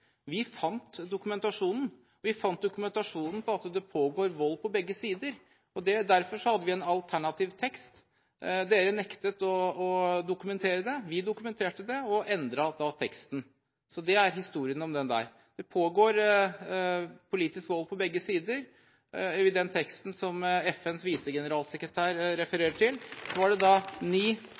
Vi fant dokumentasjonen. Vi fant dokumentasjonen på at det pågår vold på begge sider. Derfor hadde vi en alternativ tekst. Dere nektet å dokumentere det. Vi dokumenterte det og endret teksten. Det er historien bak. Det pågår politisk vold på begge sider. I den teksten som FNs visegeneralsekretær refererer til, var det ni